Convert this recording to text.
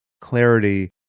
clarity